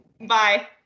Bye